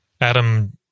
Adam